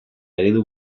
eredu